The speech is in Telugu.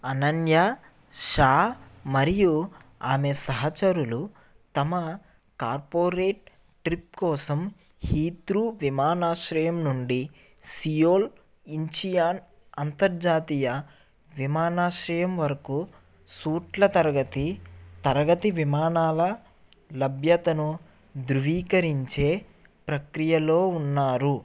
అనన్య షా మరియు ఆమె సహచరులు తమ కార్పొరేట్ ట్రిప్ కోసం హీత్రూ విమానాశ్రయం నుండి సియోల్ ఇంచియాన్ అంతర్జాతీయ విమానాశ్రయం వరకు సూట్ల తరగతి తరగతి విమానాల లభ్యతను ధృవీకరించే ప్రక్రియలో ఉన్నారు